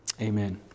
amen